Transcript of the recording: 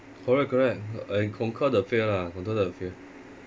correct correct and conquer the fear lah conquer the fear